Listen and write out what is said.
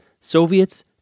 Soviets